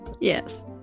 Yes